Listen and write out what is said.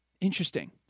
interesting